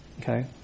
Okay